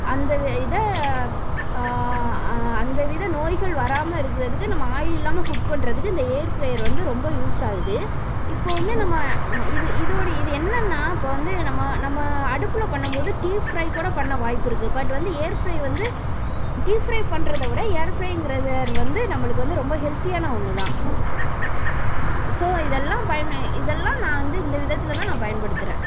அந்த இதை அந்த வித நோய்கள் வராமல் இருக்கிறதுக்கு நம்ம ஆயில் இல்லாமல் குக் பண்ணுறதுக்கு இந்த ஏர் ப்ரேயர் வந்து ரொம்ப யூஸ் ஆகுது இப்போது வந்து நம்ம இது இதோடை இது என்னன்னால் இப்போ வந்து நம்ம நம்ம அடுப்பில் பண்ணும் போது டீப் ஃப்ரை கூட பண்ண வாய்ப்பிருக்குது பட் வந்து ஏர் ஃப்ரை வந்து டீப் ஃப்ரை பண்ணுறத விட ஏர் ஃப்ரைங்கிற ஏர் வந்து நம்மளுக்கு வந்து ரொம்ப ஹெல்த்தியான ஒன்று தான் ஸோ இதெல்லாம் பயனு இதெல்லாம் நான் வந்து இந்த விதத்தில் தான் நான் பயன்படுத்துகிறேன்